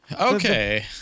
Okay